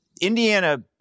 Indiana